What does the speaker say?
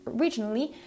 Originally